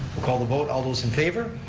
we'll call the vote, all those in favor?